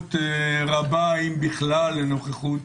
חשיבות רבה אם בכלל לנוכחות